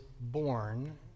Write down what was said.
born